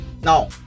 Now